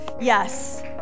Yes